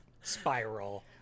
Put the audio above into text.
spiral